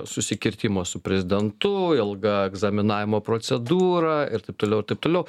susikirtimo su prezidentu ilga egzaminavimo procedūra ir taip toliau ir taip toliau